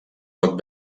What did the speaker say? pot